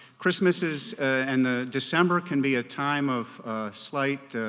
christmases and the december can be a time of slight